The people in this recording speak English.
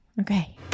Okay